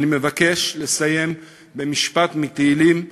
אני מבקש לסיים במשפט מתהילים,